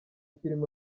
filime